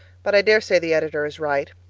but i dare say the editor is right.